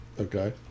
Okay